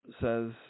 says